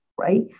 right